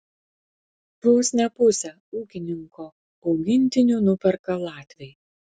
vos ne pusę ūkininko augintinių nuperka latviai